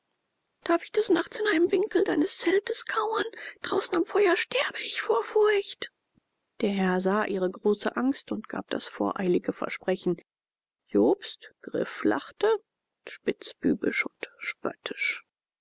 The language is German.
darf ich des nachts in einem winkel deines zeltes kauern draußen am feuer sterbe ich vor furcht der herr sah ihre große angst und gab das voreilige versprechen jobst grifflachte spitzbübisch und spöttisch